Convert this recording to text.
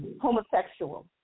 homosexual